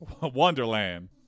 wonderland